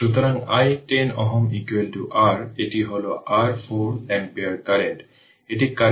সুতরাং এটি t 0 এ যে ইনিশিয়াল কারেন্ট ছিল I0